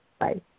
Bye